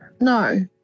No